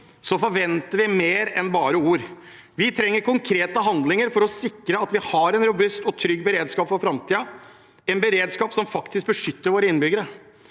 forventer vi mer enn bare ord. Vi trenger konkrete handlinger for å sikre at vi har en robust og trygg beredskap for framtiden, en beredskap som faktisk beskytter våre innbyggere.